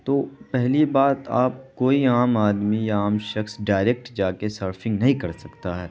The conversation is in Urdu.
تو پہلی بات آپ کوئی عام آدمی یا عام شخص ڈائریکٹ جا کے سرفنگ نہیں کر سکتا ہے